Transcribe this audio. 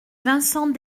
vincent